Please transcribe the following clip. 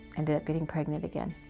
ended up getting pregnant again.